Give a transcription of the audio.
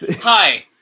Hi